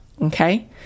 okay